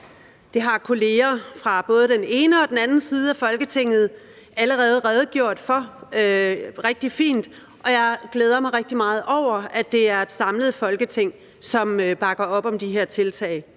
Det har kolleger fra både den ene og den anden side af Folketinget allerede rigtig fint redegjort for, og jeg glæder mig rigtig meget over, at det er et samlet Folketing, der bakker op om de her tiltag.